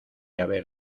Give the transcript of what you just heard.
haber